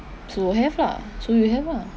so have lah so you have lah